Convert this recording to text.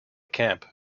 camp